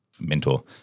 mentor